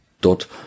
dort